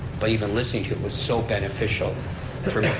but even listening to it was so beneficial for me,